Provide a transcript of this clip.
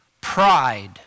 Pride